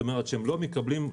כלומר שהם לא מקבלים שום סיוע.